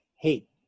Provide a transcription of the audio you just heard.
hate